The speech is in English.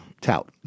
tout